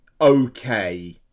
okay